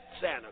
Santa